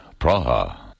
Praha